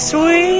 Sweet